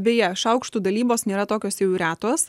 beje šaukštų dalybos nėra tokios jau ir retos